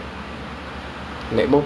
yes